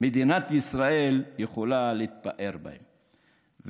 מדינת ישראל יכולה להתפאר בהם.